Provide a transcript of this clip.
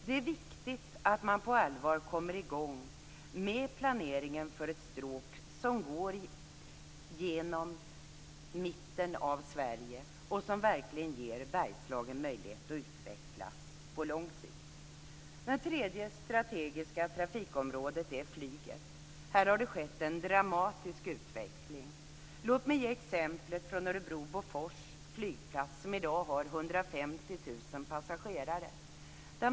Det är viktigt att man på allvar kommer i gång med planeringen för ett stråk som går genom mitten av Sverige och som verkligen ger Bergslagen möjlighet att utvecklas på lång sikt. Ett annat strategiskt trafikområde är flyget. Här har det skett en dramatisk utveckling. Låt mig ge exemplet Örebro/Bofors flygplats, som i dag har 150 000 passagerare.